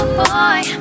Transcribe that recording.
boy